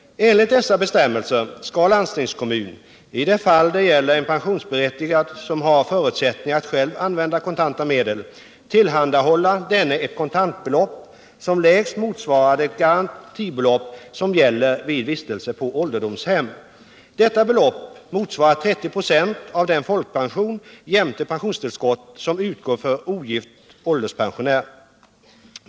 Enligt dessa bestämmelser skall landstingskommunen, i det fall det gäller en pensionsberättigad som har förutsättningar att själv använda kontanta medel, tillhandahålla denne ett för vissa psykiskt kontantbelopp, som lägst motsvarar det garantibelopp som gäller vid vistelse utvecklingsstörda på ålderdomshem. Detta belopp motsvarar 30 96 av den folkpension jämte m.fl. pensionstillskott som utgår för ogift ålderspensionär. För den som inte kan ha hand om kontanta medel skall motsvarande belopp användas för att öka dennes trivsel eller eljest till hans personliga nytta. För den som på grund av pensionstillskott som utgår för ogift ålderspensionär.